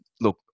look